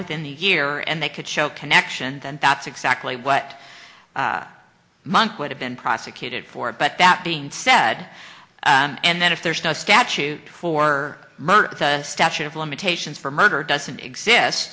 within the year and they could show connection then that's exact what monk would have been prosecuted for but that being said and then if there's no statute for murtha statute of limitations for murder doesn't exist